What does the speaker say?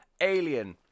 Alien